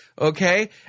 Okay